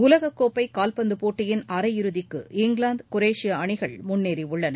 உலகக்கோப்பை கால்பந்து போட்டியின் அரையிறுதிக்கு இங்கிலாந்து குரேஷியா அணிகள் முன்னேறியுள்ளன